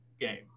game